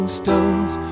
stones